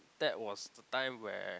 that was the time where